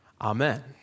Amen